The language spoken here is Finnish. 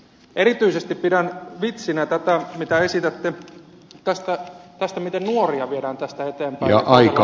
erityisesti pidän vitsinä tätä miten esitätte että nuoria viedään tästä eteenpäin